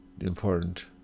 important